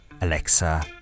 Alexa